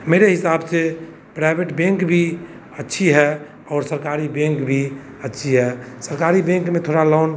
मेरे हिसाब से प्राइवेट बेंक भी अच्छी है और सरकारी बेंक भी अच्छी है सरकारी बेंक में थोड़ा लोन